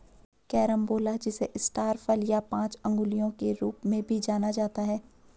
carambola जिसे star फल या पांच अंगुलियों के रूप में भी जाना जाता है